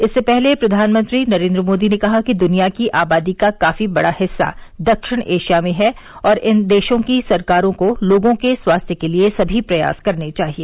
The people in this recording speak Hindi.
इससे पहले प्रघानमंत्री नरेन्द्र मोदी ने कहा कि दुनिया की आबादी का काफी बडा हिस्सा दक्षिण एशिया में है और इन देशों की सरकारों को लोगों के स्वास्थ्य के लिए सभी प्रयास करने चाहिए